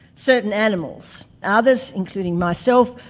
certain animals others, including myself,